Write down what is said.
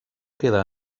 queda